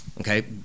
okay